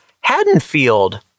Haddonfield